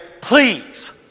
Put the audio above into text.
please